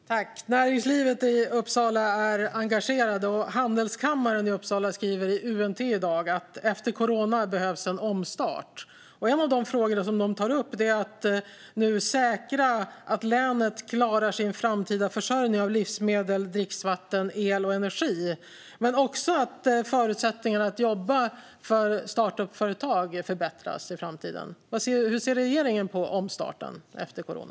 Fru talman! Näringslivet i Uppsala är engagerat, och Handelskammaren i Uppsala skriver i UNT i dag att det efter corona behövs en omstart. Ett par av de frågor som tas upp är att nu säkra att länet klarar sin framtida försörjning med livsmedel, dricksvatten, el och energi samt att förbättra förutsättningarna att jobba för startup-företag i framtiden. Hur ser regeringen på omstarten efter corona?